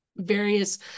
various